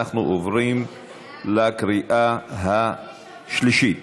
אנחנו עוברים לקריאה השלישית.